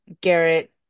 Garrett